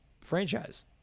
franchise